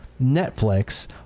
Netflix